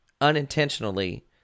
unintentionally